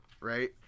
right